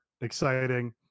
exciting